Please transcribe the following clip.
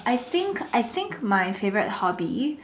I think I think my favourite hobby